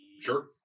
sure